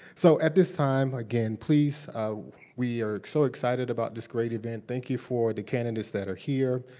so at this time, again, please we are so excited about this great event. thank you for the candidates that are here.